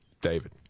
David